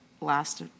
last